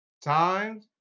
Time